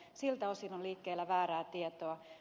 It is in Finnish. siltä osin on liikkeellä väärää tietoa